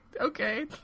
okay